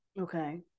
Okay